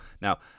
Now